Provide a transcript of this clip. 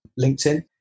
LinkedIn